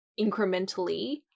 incrementally